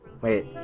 Wait